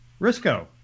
risco